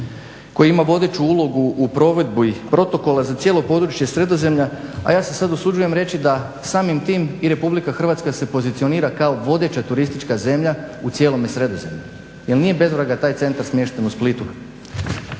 koji ima vodeću ulogu u provedbi protokola za cijelo područje Sredozemlja, a ja se sad usuđujem reći da samim tim i Republika Hrvatska se pozicionira kao vodeća turistička zemlja u cijelom Sredozemlju jer nije bez vraga taj centar smješten u Splitu.